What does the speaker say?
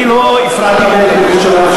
אני לא הפרעתי להתנגדות שלך,